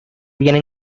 viene